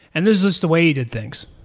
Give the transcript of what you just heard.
and this is the way you did things.